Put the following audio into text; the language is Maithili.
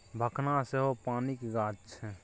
भखना सेहो पानिक गाछ छै